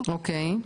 אוקי.